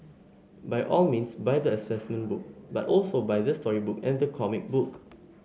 by all means buy the assessment book but also buy the storybook and the comic book